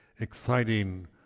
exciting